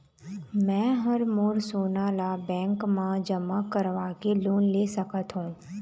मैं हर मोर सोना ला बैंक म जमा करवाके लोन ले सकत हो?